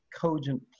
cogent